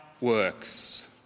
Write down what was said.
works